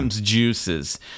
juices